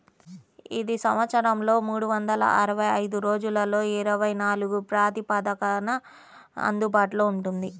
ఇది సంవత్సరంలో మూడు వందల అరవై ఐదు రోజులలో ఇరవై నాలుగు ప్రాతిపదికన అందుబాటులో ఉంటుంది